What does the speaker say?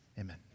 Amen